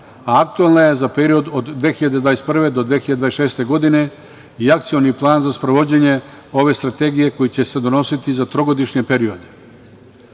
a aktuelna je za period od 2021. do 2026. godine i akcioni plan za sprovođenje ove strategije koji će se donositi za trogodišnji